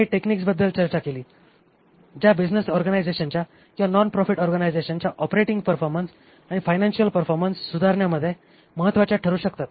काही टेक्निक्सबद्दल चर्चा केली ज्या बिझनेस ऑर्गनायझेशनच्या किंवा नॉन प्रॉफिट ऑर्गनायझेशनच्या ऑपरेटिंग परफॉर्मन्स आणि फायनान्शियल परफॉर्मन्स सुधारण्यामध्ये महत्वाच्या ठरू शकतात